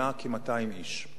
2. האם המדינה מסייעת להם?